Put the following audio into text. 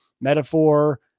metaphor